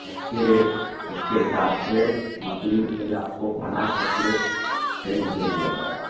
उसके उसके हिसाब से मसीन से आपको बना करके पेन्ट दे दिया जाएगा